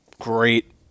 great